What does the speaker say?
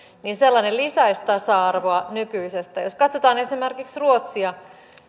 lisäisi tasa arvoa nykyisestä jos katsotaan esimerkiksi ruotsia